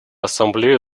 ассамблея